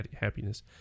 happiness